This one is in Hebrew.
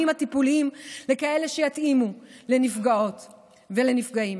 הטיפוליים לכאלה שיתאימו לנפגעות ולנפגעים.